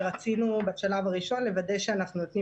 ורצינו בשלב הראשון לוודא שאנחנו נותנים